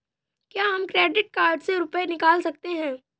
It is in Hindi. क्या हम क्रेडिट कार्ड से रुपये निकाल सकते हैं?